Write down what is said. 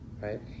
right